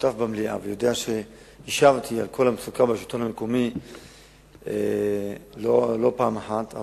שותף במליאה ויודע שהשבתי על כל המצוקה בשלטון המקומי לא פעם אחת,